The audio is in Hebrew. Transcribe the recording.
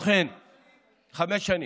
חמש שנים.